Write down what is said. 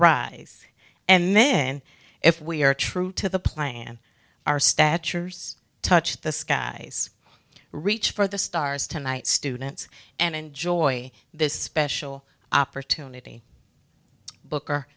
rise and then if we are true to the plan our statures touch the skies reach for the stars tonight students and enjoy this special opportunity booker